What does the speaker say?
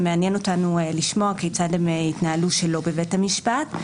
ומעניין אותנו לשמוע כיצד הם יתנהלו שלא בבית המשפט.